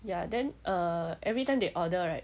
ya then err every time they order right